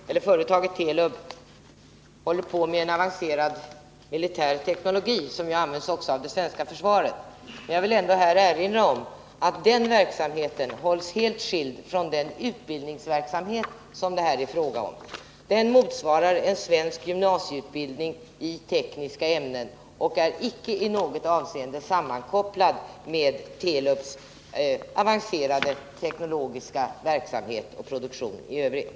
Herr talman! Det är riktigt att företaget Telub arbetar med en avancerad militär teknologi, som även används av det svenska försvaret. Men jag vill här erinra om att den verksamheten hålls helt skild från den utbildningsverksamhet som det här är fråga om. Utbildningen motsvarar en svensk gymnasieutbildning i tekniska ämnen och är icke i något avseende sammankopplad med Telubs avancerade teknologiska verksamhet och produktion i övrigt.